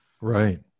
Right